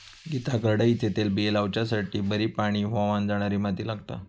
गीता करडईचे तेलबिये लावच्यासाठी बरी पाणी व्हावन जाणारी माती लागता